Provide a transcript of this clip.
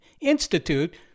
Institute